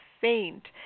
faint